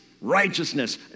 righteousness